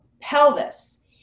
pelvis